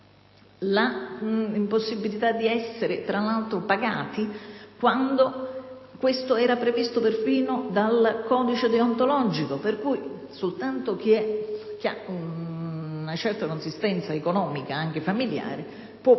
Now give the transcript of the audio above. l'impossibilità di essere pagati, quando questo era previsto perfino dal codice deontologico, per cui soltanto chi ha una certa consistenza economica ed anche familiare può